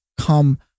come